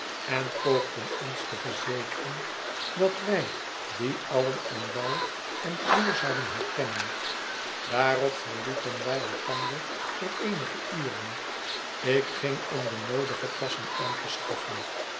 en poogden ons te verzekeren dat wij die alien aan bouw en kleur zouden herkennen daarop verlieten wij elkander voor eenige uren ik ging om de noodige passen aan te schaffen